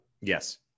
Yes